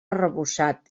arrebossat